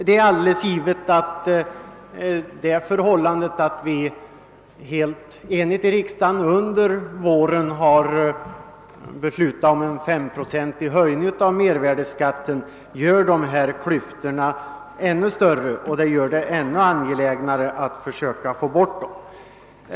Det är givet att det förhållandet att riksdagen under våren har beslutat om en 5-procentig höjning av mervärdeskatten ytterligare utvidgar klyftorna i detta avseende och gör det ännu angelägnare att försöka avskaffa dem.